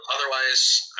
Otherwise